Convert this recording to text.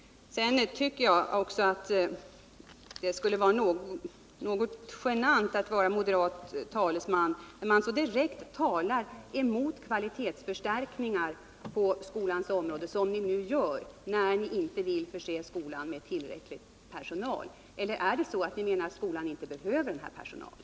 Sedan tycker jag också att det skulle vara något genant att som moderat talesman så direkt tala emot kvalitetsförstärkningar på skolans område, för det är ju vad ni gör när ni inte vill förse skolan med tillräcklig personal. Eller är det så att ni menar att skolan inte behöver den här personalen?